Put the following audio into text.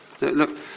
Look